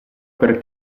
per